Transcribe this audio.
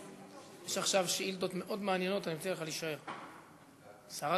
את רוצה שיכפו עליהם, או שאת